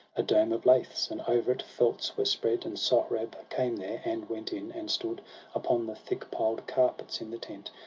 a dome of laths, and o'er it felts were spread. and sohrab came there, and went in, and stood upon the thick piled carpets in the tent.